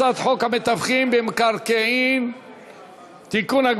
הצעת חוק המתווכים במקרקעין (תיקון,